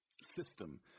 system